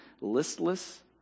listless